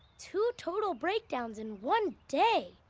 two total breakdowns in one day!